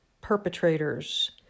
perpetrators